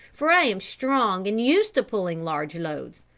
for i am strong and used to pulling large loads.